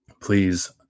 Please